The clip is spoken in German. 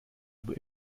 aber